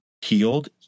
healed